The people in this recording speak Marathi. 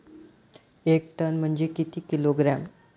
एक टन म्हनजे किती किलोग्रॅम?